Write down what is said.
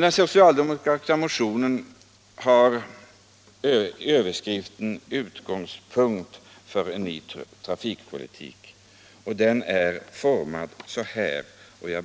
Den socialdemokratiska motionen har en rubrik som lyder: ”Utgångspunkter för en ny trafikpolitik”. Under den rubriken kan